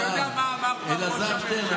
אתה יודע מה אמר פעם ראש הממשלה?